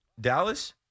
Dallas